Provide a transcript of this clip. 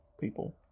people